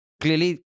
clearly